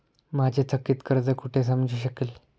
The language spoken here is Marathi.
माझे थकीत कर्ज कुठे समजू शकेल?